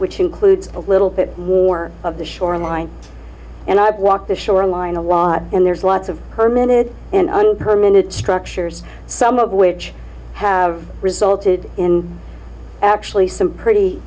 which includes a little bit more of the shoreline and i've walked the shoreline a lot and there's lots of per minute and unpermitted structures some of which have resulted in actually some pretty